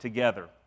together